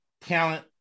talent